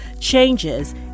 changes